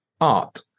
art